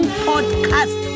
podcast